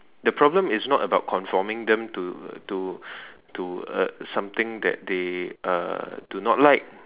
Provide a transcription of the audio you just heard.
the problem is not about conforming them to to to uh something that they uh do not like